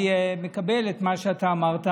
אני מקבל את מה שאתה אמרת,